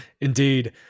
Indeed